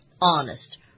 honest